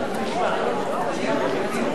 הגדת משרדי הממשלה הקבועים),